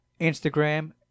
instagram